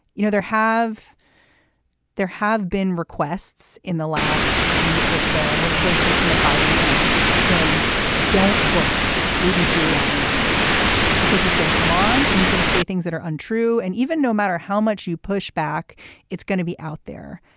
you know there have there have been requests in the last week or so for instance from the biden campaign saying don't book rudy giuliani on your show because he's going to come on and he's going to say things that are untrue and even no matter how much you push back it's gonna be out there.